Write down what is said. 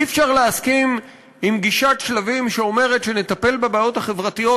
אי-אפשר להסכים עם גישת שלבים שאומרת שנטפל בבעיות החברתיות